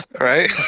Right